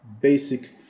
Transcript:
basic